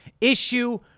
issue